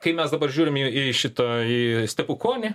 kai mes dabar žiūrim į į šitą į stepukonį